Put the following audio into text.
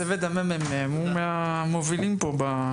צוות הממ"מ הוא מהמובילים פה.